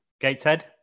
Gateshead